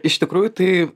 iš tikrųjų tai